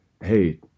hey